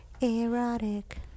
erotic